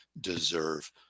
deserve